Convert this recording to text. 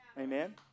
Amen